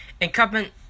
incumbent